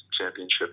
Championship